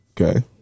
Okay